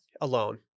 Alone